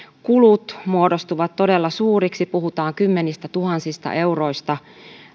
kulut muodostuvat todella suuriksi puhutaan kymmenistätuhansista euroista